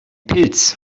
pilz